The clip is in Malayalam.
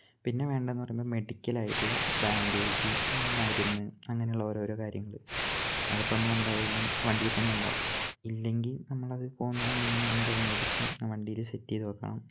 പിന്നെ വേണ്ടതെന്നു പറഞ്ഞാൽ മെഡിക്കലായിട്ടുള്ള ബാൻഡേജ് മരുന്ന് അങ്ങനെയുള്ള ഓരോ ഓരോ കാര്യങ്ങൾ അതിപ്പം നമ്മൾ എന്തായാലും വണ്ടിയിൽ തന്നെ ഉണ്ടാവും ഇല്ലെങ്കിൽ നമ്മൾ അത് പോകുന്നതിന് മുന്നേ തന്നെ അത് മേടിച്ചു ആ വണ്ടിയിൽ സെറ്റ് ചെയ്തു വയ്ക്കണം